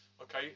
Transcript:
okay